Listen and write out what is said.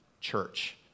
church